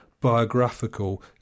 biographical